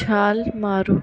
ਛਾਲ ਮਾਰੋ